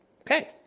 Okay